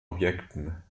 objekten